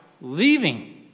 leaving